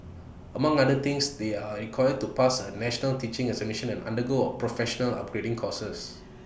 among other things they are required to pass A national teaching examination and undergo professional upgrading courses